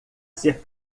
ser